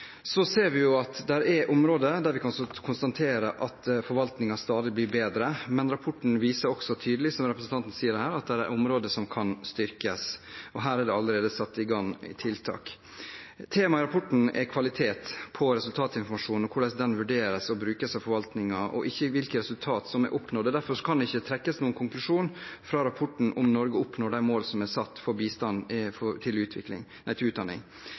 Så kan vi konstatere at det er områder der forvaltningen stadig blir bedre. Men rapporten viser også tydelig, som representanten sier, at det er områder som kan styrkes. Her er det allerede satt i gang tiltak. Temaet i rapporten er kvalitet på resultatinformasjonen, hvordan den vurderes og brukes av forvaltningen, og ikke hvilke resultater som er oppnådd. Derfor kan det ikke trekkes noen konklusjon fra rapporten om Norge oppnår de målene som er satt for bistanden til